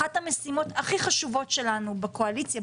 אחת המשימות הכי חשובות שלנו בקואליציה,